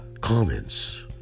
comments